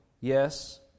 Yes